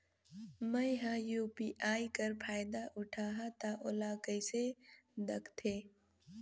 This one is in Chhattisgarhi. मैं ह यू.पी.आई कर फायदा उठाहा ता ओला कइसे दखथे?